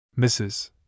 Mrs